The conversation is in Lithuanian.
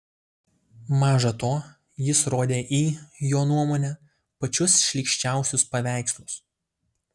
maža to jis rodė į jo nuomone pačius šlykščiausius paveikslus